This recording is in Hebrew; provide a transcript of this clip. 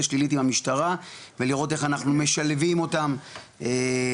שלילית עם המשטרה ולראות איך אנחנו משלבים אותם בחברה